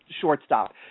shortstop